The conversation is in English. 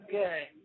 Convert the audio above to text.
good